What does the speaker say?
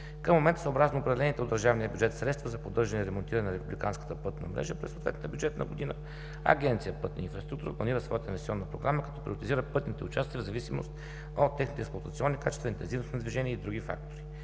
Към момента съобразно определените от държавния бюджет средства за поддържане и ремонтиране на републиканската пътна мрежа през съответната бюджетна година, Агенция „Пътна инфраструктура“ планира своята инвестиционна програма, като приоритизира пътните участъци в зависимост от техните експлоатационни качества, интензивност на движение и други фактори.